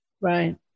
Right